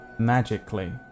magically